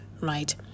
right